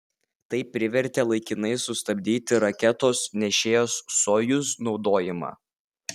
tai privertė laikinai sustabdyti raketos nešėjos sojuz naudojimą